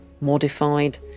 modified